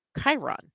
Chiron